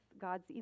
God's